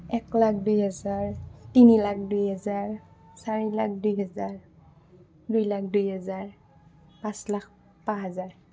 এক লাখ দুই হেজাৰ তিনি লাখ দুই হেজাৰ চাৰি লাখ দুই হেজাৰ দুই লাখ দুই হেজাৰ পাঁচ লাখ পাঁচ হাজাৰ